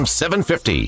750